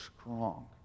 strong